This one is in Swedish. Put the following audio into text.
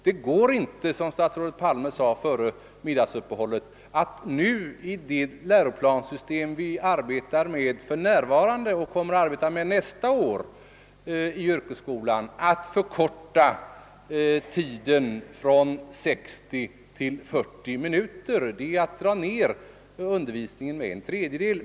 Det går, som statsrådet Palme sade före middagsuppehållet, inte att i det läroplanssystem vi arbetar med nu och kommer att arbeta med nästa år förkorta lektionstiden i yrkesskolan från 60 till 40 minuter. Det skulle minska undervisningen med en tredjedel.